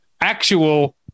actual